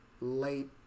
late